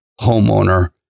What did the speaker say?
homeowner